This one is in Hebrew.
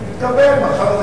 יתקבל מחר.